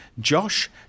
Josh